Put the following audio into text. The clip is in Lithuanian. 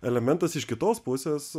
elementas iš kitos pusės